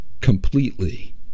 completely